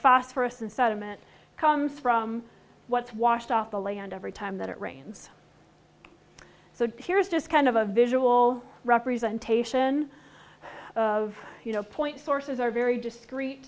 phosphorous and sediment comes from what's washed off the land every time that it rains here is this kind of a visual representation of you know point sources are very discreet